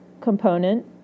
component